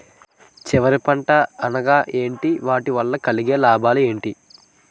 చివరి పంట అనగా ఏంటి వాటి వల్ల కలిగే లాభాలు ఏంటి